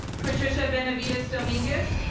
patricia benavidez dominguez,